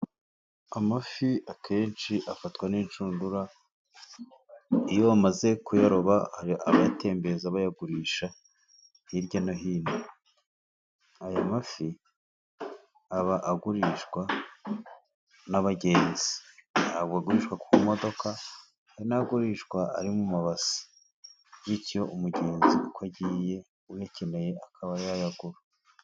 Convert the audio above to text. Amafi akenshi afatwa n'inshundura, iyo bamaze kuyaroba barayatembereza bayagurisha hirya no hino. Aya mafi aba agurishwa ku modoka anagurishwa ari mu mabase bityo umugenzi uko agiye ayakeneye akaba yayagura.